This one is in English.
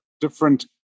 different